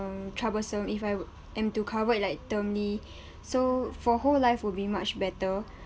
um troublesome if I wo~ am to cover it like termly so for whole life will be much better